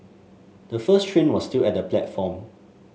the first train was still at the platform